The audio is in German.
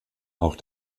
auch